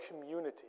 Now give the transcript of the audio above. community